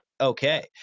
okay